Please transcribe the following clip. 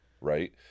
right